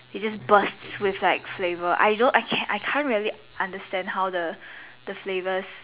it's just burst with like flavour I don't really I can't really understand the flavours